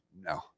no